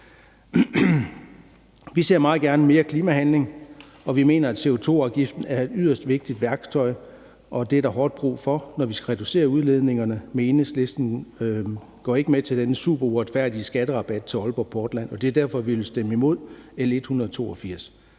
at der kommer mere klimahandling, og vi mener, at CO2-afgiften er et yderst vigtigt værktøj, og der er hårdt brug for den, når vi skal reducere udledningerne. Men Enhedslisten går ikke med til denne super uretfærdige skatterabat til Aalborg Portland, og det er derfor, vi vil stemme imod L 182.